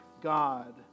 God